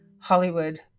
Hollywood